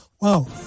Wow